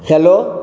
hello